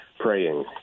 praying